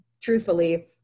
truthfully